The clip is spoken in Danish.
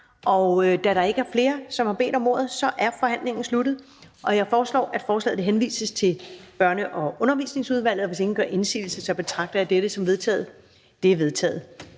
Da der ikke er flere, som har bedt om ordet, er forhandlingen sluttet. Jeg foreslår, at forslaget henvises til Børne- og Undervisningsudvalget. Hvis ingen gør indsigelse, betragter jeg dette som vedtaget. Det er vedtaget.